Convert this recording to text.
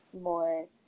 more